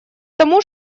тому